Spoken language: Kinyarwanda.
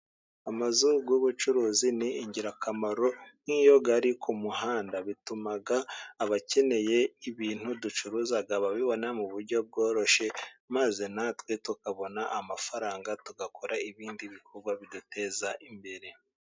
Amazu y'ubucuruzi ni ingirakamaro. Nk'iyo ari ku muhanda, bituma abakeneye ibintu ducuruza babibona mu buryo bworoshye, maze natwe tukabona amafaranga, tugakora ibindi bikorwa biduteza imbere.